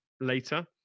later